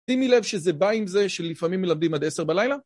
שימי לב שזה בא עם זה שלפעמים מלמדים עד עשר בלילה.